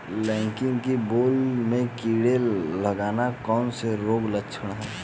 लौकी की बेल में कीड़े लगना कौन से रोग के लक्षण हैं?